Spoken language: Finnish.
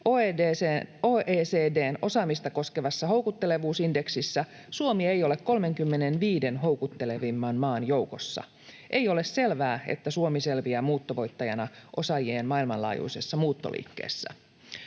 OECD:n osaamista koskevassa houkuttelevuusindeksissä Suomi ei ole 35 houkuttelevimman maan joukossa. Ei ole selvää, että Suomi selviää muuttovoittajana osaajien maailmanlaajuisessa muuttoliikkeessä.